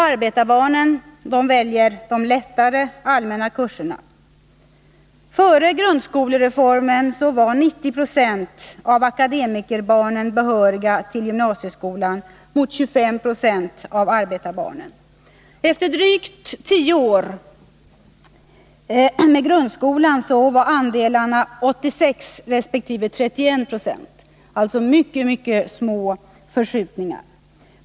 Arbetarbarnen väljer de lättare allmänna kurserna. Före grundskolereformen var 90 90 av akademikerbarnen behöriga till gymnasieskolan mot 25 20 av arbetarbarnen. Efter drygt tio år med grundskolan var andelarna 86 26 resp. 31 96, alltså mycket små förskjutningar.